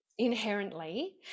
inherently